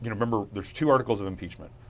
yeah remember the two articles of impeachment,